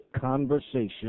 conversation